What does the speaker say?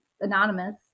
anonymous